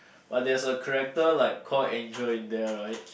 but there is a character like called Angel in there right